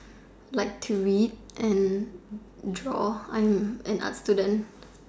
like to read and draw I'm an art student